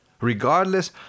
regardless